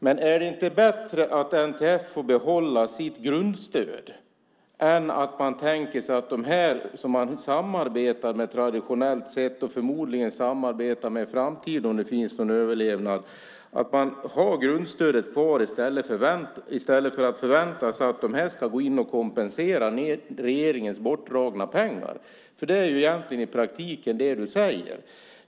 Men är det inte bättre att NTF får behålla sitt grundstöd än att förvänta sig att de som man samarbetar med traditionellt sett, och förmodligen samarbetar med i framtiden om det finns någon överlevnad, ska gå in och kompensera regeringens bortdragna pengar? Det är egentligen det du säger i praktiken.